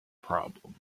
problem